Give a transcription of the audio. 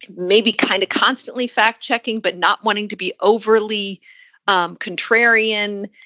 maybe kind of constantly fact checking, but not wanting to be overly um contrarian.